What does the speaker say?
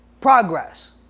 progress